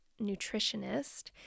nutritionist